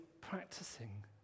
practicing